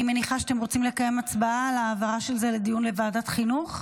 אני מניחה שאתם רוצים לקיים הצבעה על העברה של הנושא לוועדת החינוך.